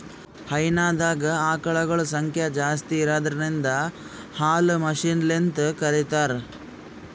ಹೈನಾದಾಗ್ ಆಕಳಗೊಳ್ ಸಂಖ್ಯಾ ಜಾಸ್ತಿ ಇರದ್ರಿನ್ದ ಹಾಲ್ ಮಷಿನ್ಲಿಂತ್ ಕರಿತಾರ್